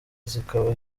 zikaba